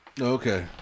Okay